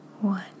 one